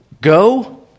Go